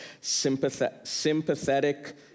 sympathetic